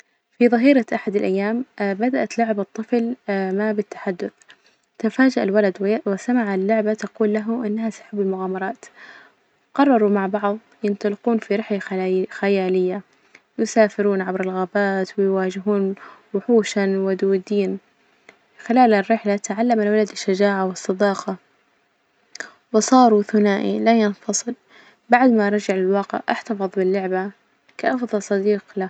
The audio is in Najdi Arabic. في ظهيرة أحد الأيام بدأت لعبة طفل ما بالتحدث، تفاجأ الولد وسمع اللعبة تقول له إنها تحب المغامرات، قرروا مع بعض ينطلقون في رحلة خيالية، يسافرون عبر الغابات ويواجهون وحوشا ودودين، خلال الرحلة تعلم الولد الشجاعة والصداقة، وصاروا ثنائي لا ينفصل، بعد ما رجع للواقع إحتفظ باللعبة كأفضل صديق له.